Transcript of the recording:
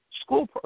school